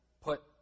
put